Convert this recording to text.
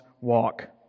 walk